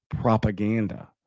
propaganda